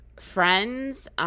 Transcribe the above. friends –